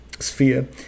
sphere